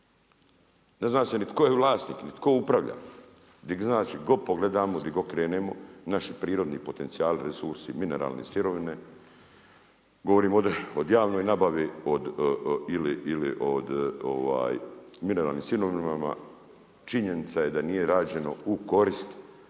Ne zna se ni tko je vlasnik ni tko upravlja. Znači gdje god pogledamo, gdje god krenemo naši prirodni potencijali, resursi, mineralne sirovine govorimo ovdje o javnoj nabavi ili o mineralnim sirovinama činjenica je da nije rađeno u korist